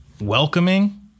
welcoming